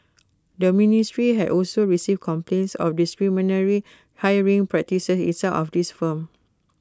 the ministry had also received complaints of discriminatory hiring practices in some of these firms